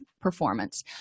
performance